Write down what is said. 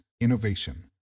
innovation